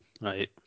Right